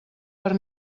per